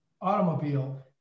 automobile